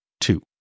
two